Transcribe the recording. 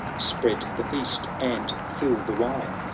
spread the feast and fill the wine.